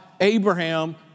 Abraham